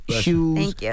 shoes